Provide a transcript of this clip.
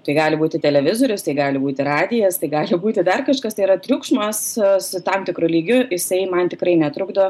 tai gali būti televizorius tai gali būti radijas tai gali būti dar kažkas tai yra triukšmas su tam tikru lygiu jisai man tikrai netrukdo